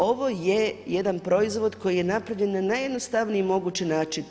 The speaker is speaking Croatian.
Ovo je jedan proizvod koji je napravljen na jednostavniji mogući način.